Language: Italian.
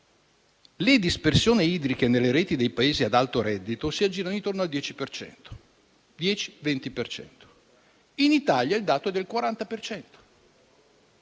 le dispersioni idriche nelle reti dei Paesi ad alto reddito si aggirano intorno al 10-20 per cento. In Italia il dato è del 40